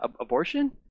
Abortion